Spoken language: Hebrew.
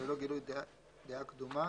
וללא גילוי דעה קדומה,